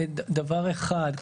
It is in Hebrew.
דבר ראשון,